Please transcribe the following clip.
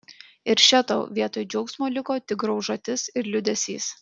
ir še tau vietoj džiaugsmo liko tik graužatis ir liūdesys